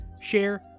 share